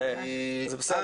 זה בסדר.